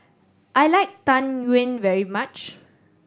I like Tang Yuen very much